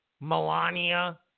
Melania